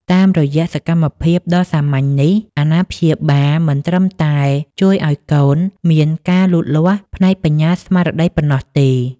តាមរយៈសកម្មភាពដ៏សាមញ្ញនេះ អាណាព្យាបាលមិនត្រឹមតែជួយឱ្យកូនមានការលូតលាស់ផ្នែកបញ្ញាស្មារតីប៉ុណ្ណោះទេ